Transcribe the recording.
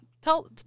tell